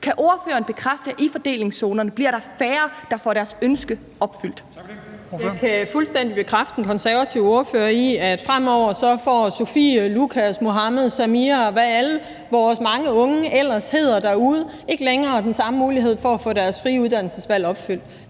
Dam Kristensen): Tak for det. Ordføreren. Kl. 09:44 Ellen Trane Nørby (V): Jeg kan fuldstændig bekræfte den konservative ordfører i, at fremover får Sofie, Lukas, Muhammed, Samia, og hvad vores mange unge ellers hedder derude, ikke længere den samme mulighed for at få deres frie uddannelsesvalg opfyldt.